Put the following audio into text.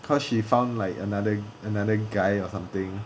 cause she found like another another guy or something